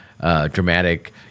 dramatic